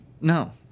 No